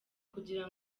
kugira